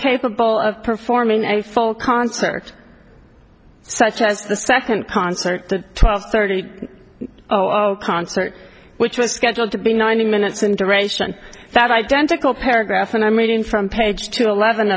capable of performing a full concert such as the second concert the twelve thirty zero zero concert which was scheduled to be ninety minutes and direction that identical paragraph and i'm reading from page two eleven